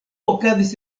okazis